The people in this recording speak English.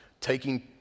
taking